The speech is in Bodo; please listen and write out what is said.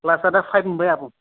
क्लासा दा पाइब मोनबाय आब'